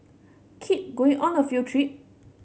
kid going on a field trip